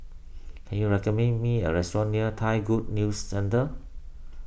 can you recommend me a restaurant near Thai Good News Centre